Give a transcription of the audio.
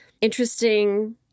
interesting